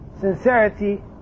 sincerity